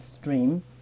stream